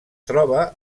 troba